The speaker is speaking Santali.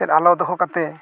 ᱥᱮᱫ ᱟᱞᱚ ᱫᱚᱦᱚ ᱠᱟᱛᱮᱫ